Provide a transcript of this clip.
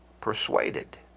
persuaded